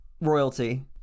royalty